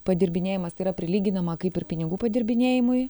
padirbinėjimas tai yra prilyginama kaip ir pinigų padirbinėjimui